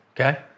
Okay